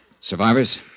Survivors